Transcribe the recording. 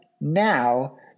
now